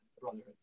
Brotherhood